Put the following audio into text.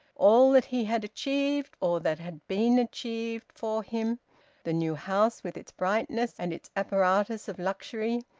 all that he had achieved, or that had been achieved for him the new house with its brightness and its apparatus of luxury,